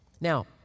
Now